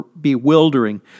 bewildering